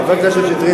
חבר הכנסת שטרית,